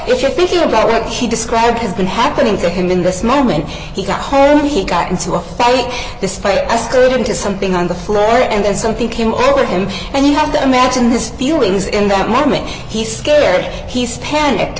if you're thinking about what he described has been happening to him in this moment he got home he got into a fight this fight escalated into something on the floor and then something came over him and you have to imagine his feelings in that moment he's scared he's panicked